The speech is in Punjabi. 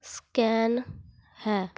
ਸਕੈਨ ਹੈ